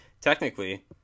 technically